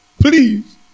Please